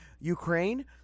Ukraine